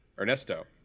Ernesto